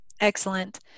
Excellent